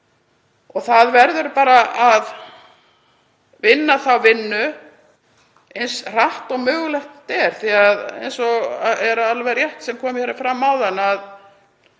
Það verður bara að vinna þá vinnu eins hratt og mögulegt er því að það er alveg rétt, sem kom fram áðan, að